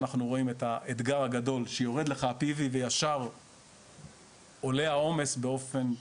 אנחנו רואים את האתגר הגדול שיורד לך ה-PV וישר עולה העומס באופן מהותי.